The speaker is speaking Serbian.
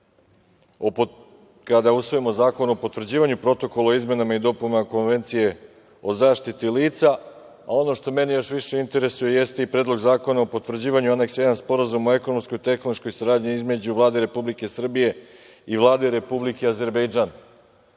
kada usvojimo zakon o potvrđivanju Protokola o izmenama i dopunama Konvencije o zaštiti lica, a ono što mene još više interesuje jeste i Predlog zakona o potvrđivanju Aneksa 1 Sporazuma o ekonomskoj i tehnološkoj saradnji između Vlade Republike Srbije i Vlade Republike Azerbejdžan. Čudi